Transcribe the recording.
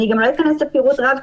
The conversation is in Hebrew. אני לא אכנס לפירוט רב,